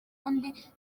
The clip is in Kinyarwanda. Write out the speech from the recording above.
undi